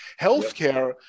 Healthcare